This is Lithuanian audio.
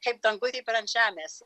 kaip danguj taip ir ant žemės